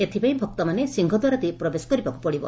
ଏଥପାଇଁ ଭକ୍ତମାନେ ସିଂହଦ୍ୱାର ଦେଇ ପ୍ରବେଶ କରିବାକୁ ପଡ଼ିବ